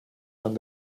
son